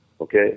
Okay